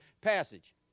passage